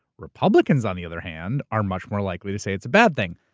republicans, on the other hand, are much more likely to say it's a bad thing.